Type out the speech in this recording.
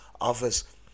others